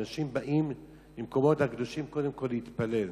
אנשים באים למקומות הקדושים קודם כול להתפלל.